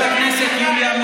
אתה נגד עולים מברית המועצות.